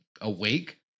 awake